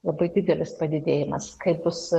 labai didelis padidėjimas kaip bus